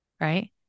right